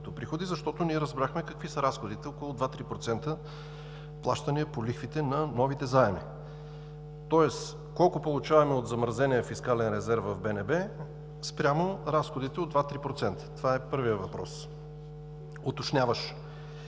като приходи? Ние разбрахме какви са разходите – около 2 – 3% плащания по лихвите на новите заеми. Тоест колко получаваме от замразения фискален резерв в БНБ спрямо разходите от 2 – 3%? Това е първият уточняващ